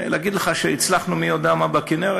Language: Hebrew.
להגיד לך שהצלחנו מי-יודע-מה בכינרת?